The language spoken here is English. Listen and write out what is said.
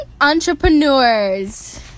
entrepreneurs